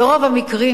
וברוב המקרים,